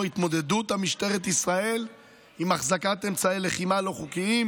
"התמודדות משטרת ישראל עם החזקת אמצעי לחימה לא חוקיים